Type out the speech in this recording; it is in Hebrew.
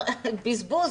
בזבוז.